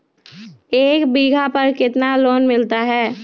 एक बीघा पर कितना लोन मिलता है?